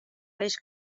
peix